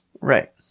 Right